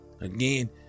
Again